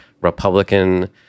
Republican